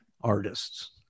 artists